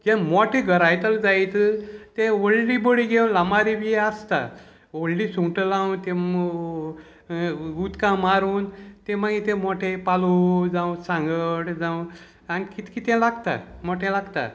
जे मोटे गरांयतलें जायत तें व्हडली बडी जेव लांबारी बी आसता व्हडलीं सुंगटां लाव तें उदकां मारून ते मागीर ते मोटे पालो जावं सांगड जावं आनी कित कितें लागता मोटे लागता